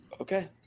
Okay